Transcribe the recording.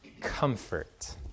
comfort